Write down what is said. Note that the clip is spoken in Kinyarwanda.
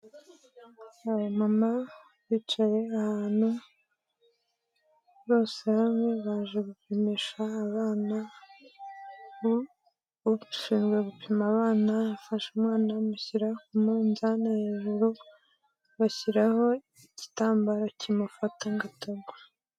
Aba mama bicaye ahantu, bose hamwe baje gupimisha abana, ushinzwe gupima abana yafashe umwana amushyira k'umunzani hejuru, bashyiraho igitambaro kimufata nga tagwa.